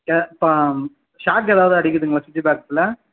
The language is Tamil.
இப்போ ஷாக் ஏதாவது அடிக்குதுங்களா சுவிட்ச்சு பாக்ஸில்